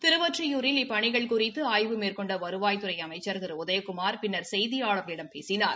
திருவொற்றியூரில் இப்பணிகள் குறித்து ஆய்வு மேற்கொண்ட வருவாய்த்துறை அமைச்சர் திரு உதயகுமார் பின்னர் செய்தியாளர்களிடம் பேசினார்